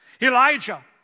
Elijah